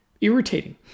irritating